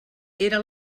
era